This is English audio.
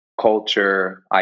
culture